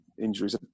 injuries